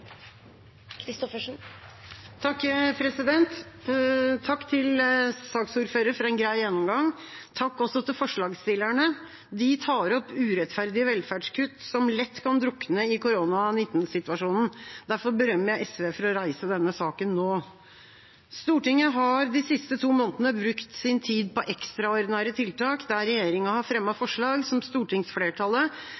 Takk til saksordføreren for en grei gjennomgang. Takk også til forslagsstillerne. De tar opp urettferdige velferdskutt, som lett kan drukne i covid-19-situasjonen. Derfor berømmer jeg SV for å reise denne saken nå. Stortinget har de siste to månedene brukt sin tid på ekstraordinære tiltak, der regjeringa har